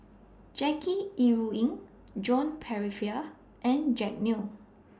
Jackie Yi Ru Ying Joan Pereira and Jack Neo